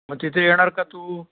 मग तिथे येणार का तू